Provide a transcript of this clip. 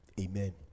Amen